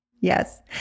Yes